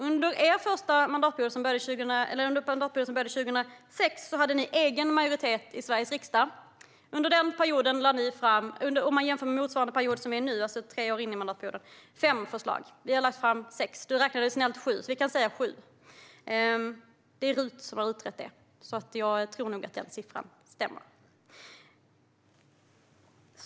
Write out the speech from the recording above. Under den mandatperiod som började 2006 hade ni egen majoritet i Sveriges riksdag. Om man jämför med motsvarande period nu - alltså tre år in i mandatperioden - hade ni lagt fram fem förslag. Vi har lagt fram sex. Du räknade snällt till sju, så vi kan säga sju. Detta har riksdagens utredningstjänst utrett, så jag tror nog att siffran stämmer.